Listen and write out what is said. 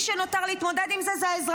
מי שנותר להתמודד עם זה הם האזרחים.